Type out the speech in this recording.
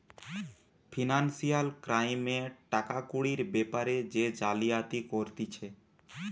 financial ক্রাইমে টাকা কুড়ির বেপারে যে জালিয়াতি করতিছে